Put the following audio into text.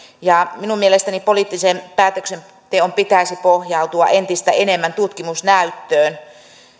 minun mielestäni poliittisen päätöksenteon pitäisi pohjautua entistä enemmän tutkimusnäyttöön